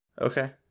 Okay